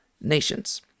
nations